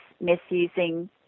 misusing